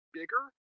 bigger